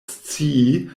scii